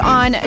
on